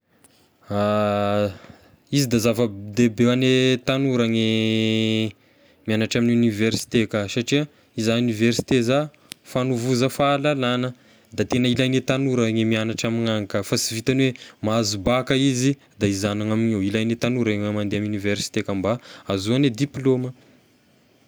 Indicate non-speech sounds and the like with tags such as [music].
[hesitation] Izy da zava-dehibe ho an'ny tanora ny mianatra amin'ny université ka satria iza université za fanovoza fahalalagna, da tegna ilaine tanora ny mianatra ame ny agny ka fa sy vitan'ny hoe mahazo bacc izy da izanogna amignio, ilaign'ny tanora ny mandeha ame université ka mba ahazoagny diplôma.